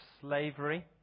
slavery